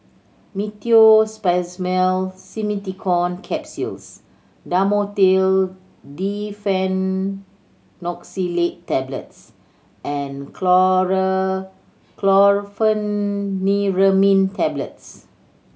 Meteospasmyl Simeticone Capsules Dhamotil Diphenoxylate Tablets and Chlorpheniramine Tablets